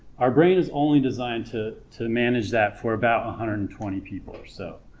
our brain is only designed to to manage that for about one hundred and twenty people or so,